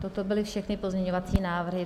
A toto byly všechny pozměňovací návrhy.